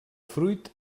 fruit